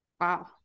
Wow